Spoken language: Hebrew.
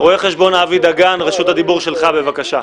רואה חשבון אבי דגן, רשות הדיבור שלך, בבקשה.